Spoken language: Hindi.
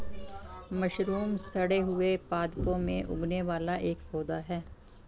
मशरूम सड़े हुए पादपों में उगने वाला एक पौधा है